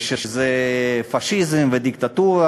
ושזה פאשיזם ודיקטטורה.